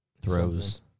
throws